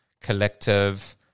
collective